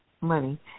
money